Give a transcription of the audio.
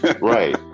right